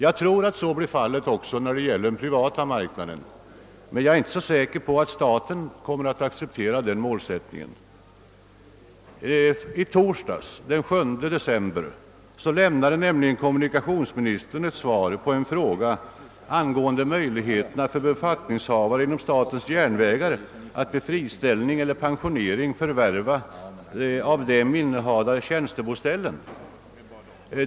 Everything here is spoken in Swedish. Jag tror också att så blir fallet när det gäller den privata marknaden, men jag är inte så säker på att staten kommer att acceptera den målsättningen. I torsdags, den 7 december, lämnade kommunikationsministern ett svar på en fråga angående »möjligheten för befattningshavare inom statens järnvägar att vid friställning eller pensionering förvärva av dem innehavda tjänstebostäder».